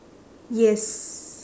yes